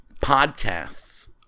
podcasts